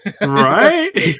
Right